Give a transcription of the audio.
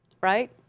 right